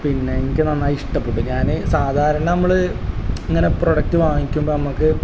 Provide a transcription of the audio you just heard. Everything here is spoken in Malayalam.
പിന്നെ എനിക്ക് നന്നായിഷ്ടപ്പെട്ടു ഞാന് സാധാരണ നമ്മള് അങ്ങനെ പ്രൊഡക്റ്റ് വാങ്ങിക്കുമ്പോള് നമുക്ക്